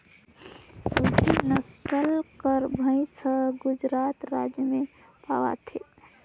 सुरती नसल कर भंइस हर गुजरात राएज में पवाथे